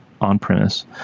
on-premise